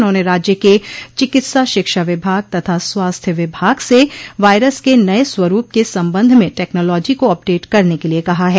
उन्होंने राज्य के चिकित्सा शिक्षा विभाग तथा स्वास्थ्य विभाग से वायरस के नए स्वरूप के सम्बन्ध में टेक्नोलॉजी को अपडेट करने के लिये कहा है